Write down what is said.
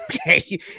Okay